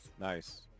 Nice